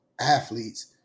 athletes